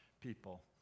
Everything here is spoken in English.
people